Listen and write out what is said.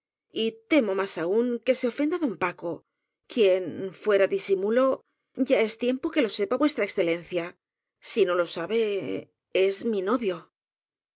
favores y temo más aún que se ofenda don paco quien fuera disimulo ya es tiempo de que lo sepa v e si no lo sabe es mi novio